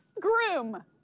groom